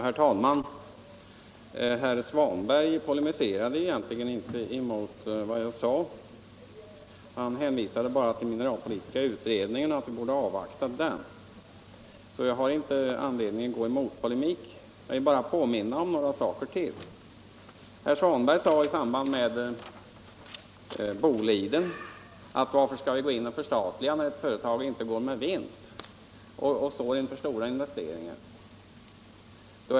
Herr talman! Herr Svanberg polimiserade egentligen inte mot vad jag sagt. Han hänvisade bara till mineralpolitiska utredningen och sade att vi borde avvakta den. Jag har alltså inte anledning att gå in på polemik — jag vill bara påminna om några saker. På tal om Boliden AB frågade herr Svanberg varför man skall förstatliga ett företag när det inte går med. vinst och står inför stora investeringar.